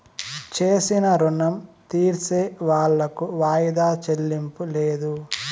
చేసిన రుణం తీర్సేవాళ్లకు వాయిదా చెల్లింపు లేదు